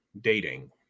dating